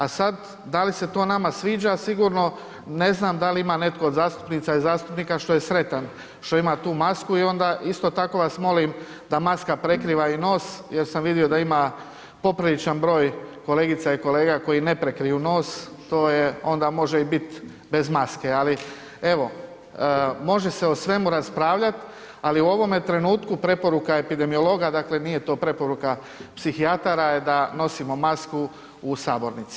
A sad, da li se to nama sviđa, sigurno ne znam da li ima netko od zastupnica i zastupnika što je sretan što ima tu masku i onda isto tako vas molim da maska prekriva i nos jer sam vidio da ima popriličan broj kolegica i kolega koji ne prekriju nos, to onda može i bit bez maske ali evo, može se o svemu raspravljat, ali u ovome trenutku preporuka epidemiologa dakle nije to preporuka psihijatara, da nosimo masku u sabornici.